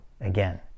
again